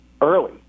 early